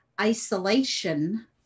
isolation